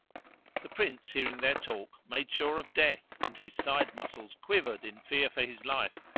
the prince hearing their talk, made sure of death and his side muscles quivered in fear for his life,